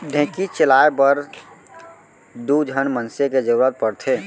ढेंकीच चलाए बर दू झन मनसे के जरूरत पड़थे